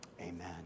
amen